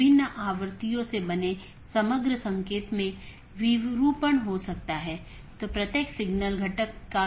इन साथियों के बीच BGP पैकेट द्वारा राउटिंग जानकारी का आदान प्रदान किया जाना आवश्यक है